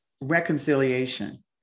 Reconciliation